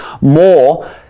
more